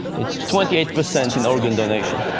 it's twenty eight percent in organ donation.